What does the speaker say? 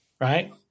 right